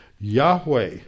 Yahweh